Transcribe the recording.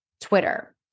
Twitter